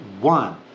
one